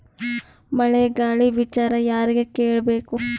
ಮಳೆ ಗಾಳಿ ವಿಚಾರ ಯಾರಿಗೆ ಕೇಳ್ ಬೇಕು?